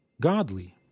godly